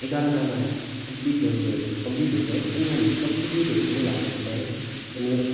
एघारजनालाई complete गरेर complete हुन्छ है अनि हामीले सब्टिच्युटरू पनि राख्नु पर्छ है अनि